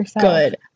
good